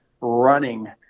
running